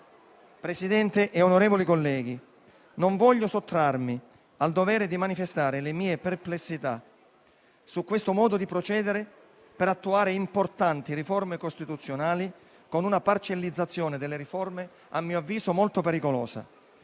Presidente, onorevoli colleghi, non voglio sottrarmi al dovere di manifestare le mie perplessità su questo modo di procedere per attuare importanti riforme costituzionali con una parcellizzazione, a mio avviso, molto pericolosa.